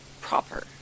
proper